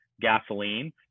gasoline